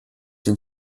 den